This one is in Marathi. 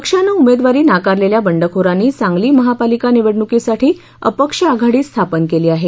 पक्षानं उमेदवारी नाकारलेल्या बंडखोरांनी सांगली महापालिका निवडणूकीसाठी अपक्ष आघाडी स्थापन केली आहे